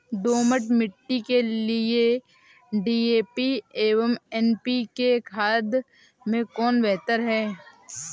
दोमट मिट्टी के लिए डी.ए.पी एवं एन.पी.के खाद में कौन बेहतर है?